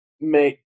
make